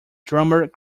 drummer